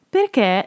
Perché